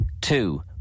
two